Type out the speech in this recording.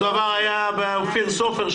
אותו הדבר היה עם אופיר סופר,